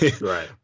Right